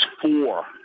four